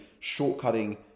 shortcutting